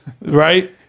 Right